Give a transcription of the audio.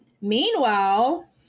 Meanwhile